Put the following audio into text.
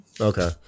okay